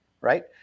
right